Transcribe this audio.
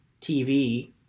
TV